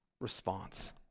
response